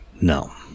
No